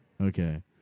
Okay